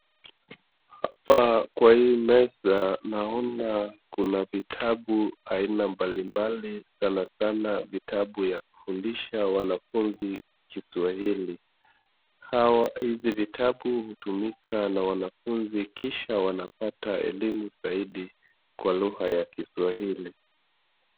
Hapa kwa hii meza naona kuna vitabu aina mbalimbali sanasana vitabu ya kufundisha wanafunzi Kiswahili. Hawa Hizi vitabu hutumika na wanafunzi kisha wanapata elimu zaidi kwa lugha ya Kiswahili.